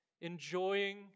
enjoying